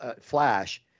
flash